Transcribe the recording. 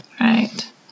right